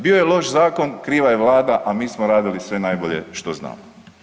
Bio je loš zakon, kriva je Vlada, a mi smo radili sve najbolje što znamo.